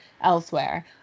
elsewhere